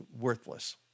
worthless